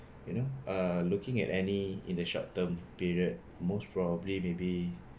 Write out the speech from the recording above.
you know uh looking at any in the short term period most probably maybe